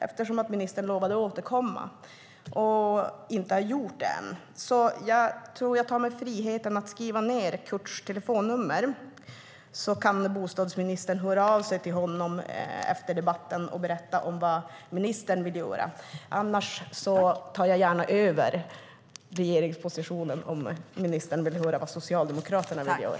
Eftersom ministern lovade att återkomma och inte har gjort det ännu tar jag mig friheten att skriva ned Kurts telefonnummer så att bostadsministern kan höra av sig till honom efter debatten och tala om vad ministern vill göra. Jag tar gärna över regeringspositionen om ministern vill höra vad Socialdemokraterna vill göra.